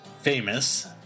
famous